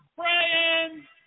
praying